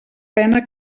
pena